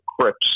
Crips